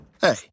hey